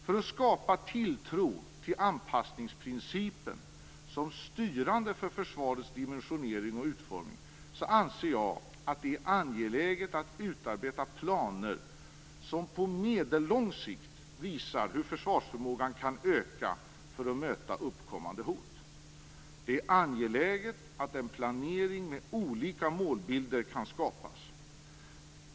För att skapa tilltro till anpassningsprincipen som styrande för försvarets dimensionering och utformning anser jag att det är angeläget att utarbeta planer som på medellång sikt visar hur försvarsförmågan kan öka för att möta uppkommande hot. Det är angeläget att en planering med olika målbilder kan skapas.